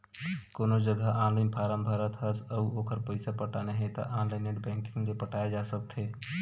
कोनो जघा online form भरत हस अउ ओखर पइसा पटाना हे त ऑनलाइन नेट बैंकिंग ले पटाए जा सकत हे